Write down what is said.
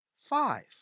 five